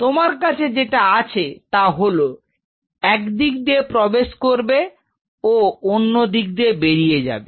তোমার কাছে যেটা আছে তা হল একদিক থেকে প্রবেশ করবে ও অন্য দিক থেকে বেরিয়ে যাবে